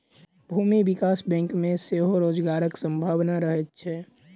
भूमि विकास बैंक मे सेहो रोजगारक संभावना रहैत छै